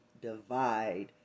divide